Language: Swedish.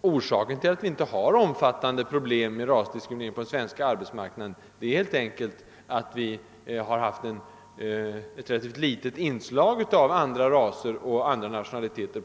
orsaken till att vi inte har omfattande problem med rasdiskriminering på den svenska arbetsmarknaden helt enkelt är att vi hittills har haft ett relativt litet inslag av andra raser och andra nationaliteter.